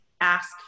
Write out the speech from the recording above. ask